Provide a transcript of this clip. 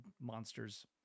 monsters